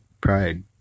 pride